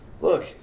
look